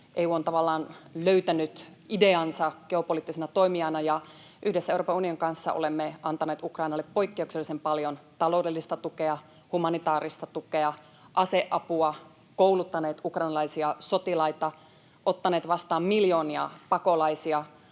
EU on tavallaan löytänyt ideansa geopoliittisena toimijana, ja yhdessä Euroopan unionin kanssa olemme antaneet Ukrainalle poikkeuksellisen paljon taloudellista tukea, humanitaarista tukea, aseapua, kouluttaneet ukrainalaisia sotilaita, ottaneet vastaan miljoonia pakolaisia,